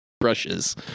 brushes